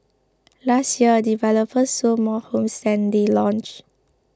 last year developers sold more homes than they launched